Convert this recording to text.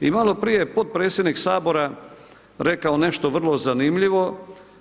I malo prije je potpredsjednik Sabora, rekao nešto vrlo zanimljivo,